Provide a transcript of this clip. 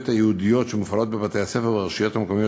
הייעודיות שמופעלות בבתי-הספר וברשויות המקומיות,